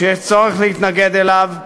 שיש צורך להתנגד לו,